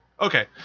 Okay